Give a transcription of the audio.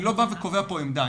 אני לא קובע כאן עמדה.